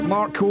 Mark